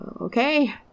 okay